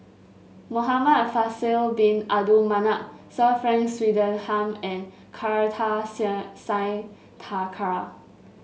Muhamad Faisal Bin Abdul Manap Sir Frank Swettenham and Kartar Singh Thakral